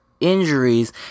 injuries